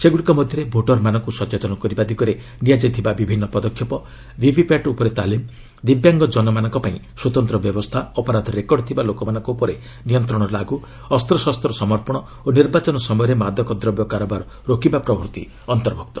ସେଗୁଡ଼ିକ ମଧ୍ୟରେ ଭୋଟରମାନଙ୍କୁ ସଚେତନ କରିବା ଦିଗରେ ନିଆଯାଇଥିବା ପଦକ୍ଷେପ ଭିଭି ପ୍ୟାଟ୍ ଉପରେ ତାଲିମ୍ ଦିବ୍ୟାଙ୍ଗ ଜନ ମାନଙ୍କ ପାଇଁ ସ୍ୱତନ୍ତ ବ୍ୟବସ୍ଥା ଅପରାଧ ରେକର୍ଡ ଥିବା ଲୋକମାନଙ୍କ ଉପରେ ନିୟନ୍ତ୍ରଣ ଲାଗୁ ଅସ୍ତ୍ରଶସ୍ତ ସମର୍ପଶ ଓ ନିର୍ବାଚନ ସମୟରେ ମାଦକଦ୍ରବ୍ୟ କାରବାର ରୋକିବା ପ୍ରଭୂତି ଅନ୍ତର୍ଭୁକ୍ତ